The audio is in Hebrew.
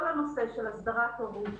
אור קשת,